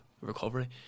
recovery